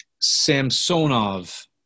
Samsonov